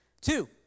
two